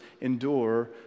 endure